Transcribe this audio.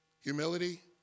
humility